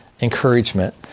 Encouragement